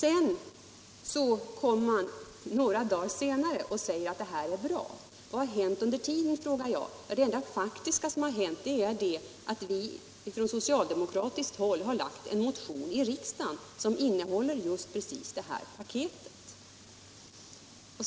Sedan kommer man några dagar efter och säger att de här förslagen är bra. Vad har hänt under tiden? frågar jag. Ja, det enda faktiska som har hänt är att vi från socialdemokratiskt håll har lagt en motion i riksdagen som innehåller just det här paketet.